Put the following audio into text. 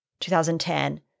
2010